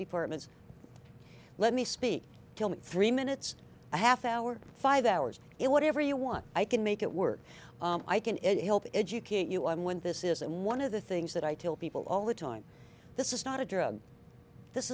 departments let me speak tell me three minutes a half hour five hours it whatever you want i can make it work i can edit help educate you i'm one this is one of the things that i tell people all the time this is not a drug this